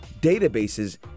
databases